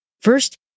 First